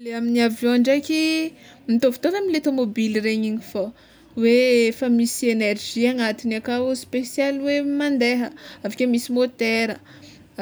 Amin'ny avion ndraiky, mitôvitôvy amle tômobily regny igny fô hoe efa misy enerzy agnatiny aka hoe spesialy mandeha aveke misy môtera,